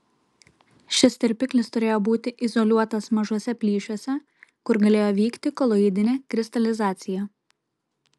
šis tirpiklis turėjo būti izoliuotas mažuose plyšiuose kur galėjo vykti koloidinė kristalizacija